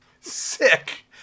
Sick